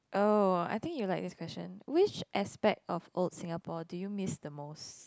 oh I think you'll like this question which aspect of old Singapore do you miss the most